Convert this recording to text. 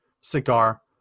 cigar